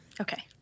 Okay